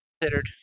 considered